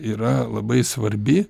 yra labai svarbi